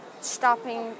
stopping